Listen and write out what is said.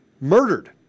murdered